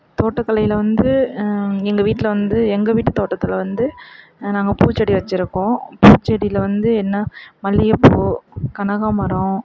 தோட்டக்கலையில் வந்து எங்கள் வீட்டில் வந்து எங்கள் வீட்டுத் தோட்டத்தில் வந்து நாங்கள் பூச்செடி வச்சிருக்கோம் பூச்செடியில் வந்து என்ன மல்லிகைப்பூ கனகாமரம்